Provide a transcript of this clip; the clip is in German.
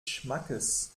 schmackes